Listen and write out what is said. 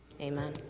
Amen